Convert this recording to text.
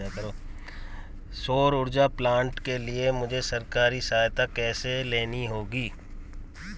सौर ऊर्जा प्लांट के लिए मुझे सरकारी सहायता कैसे लेनी होगी?